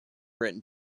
written